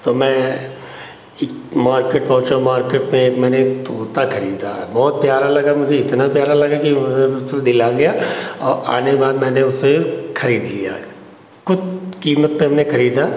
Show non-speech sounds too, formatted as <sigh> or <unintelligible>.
तो मैं मार्केट पहुँचा मार्केट में एक मैंने तोता खरीदा बहुत प्यारा लगा मुझे इतना प्यारा लगा कि मुझे उसपर दिल आ गया और आने के बाद मैंने उसे खरीद लिया <unintelligible> कीमत पर हमने खरीदा